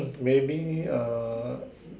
maybe uh